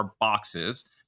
boxes